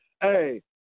Hey